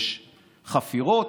יש חפירות,